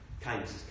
kindness